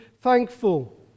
thankful